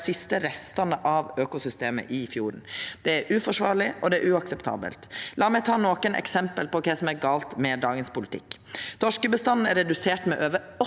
restane av økosystemet i fjorden. Det er uforsvarleg, og det er uakseptabelt. La meg ta nokon eksempel på kva som er gale med dagens politikk. Torskebestanden er redusert med over 80